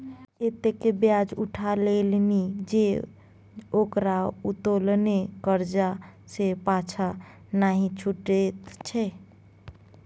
एतेक ब्याज उठा लेलनि जे ओकरा उत्तोलने करजा सँ पाँछा नहि छुटैत छै